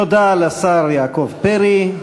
תודה לשר יעקב פרי,